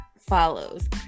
follows